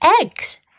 eggs